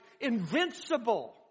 invincible